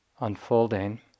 unfolding